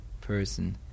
person